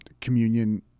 communion